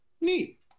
Neat